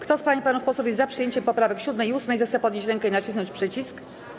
Kto z pań i panów posłów jest za przyjęciem poprawek 7. i 8., zechce podnieść rękę i nacisnąć przycisk.